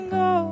go